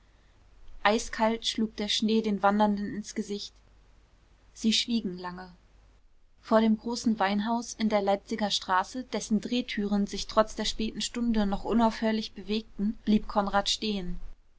eiskalt schlug der schnee den wandernden ins gesicht sie schwiegen lange vor dem großen weinhaus in der leipziger straße dessen drehtüren sich trotz der späten stunde noch unaufhörlich bewegten blieb konrad stehen